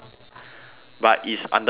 but it's under memory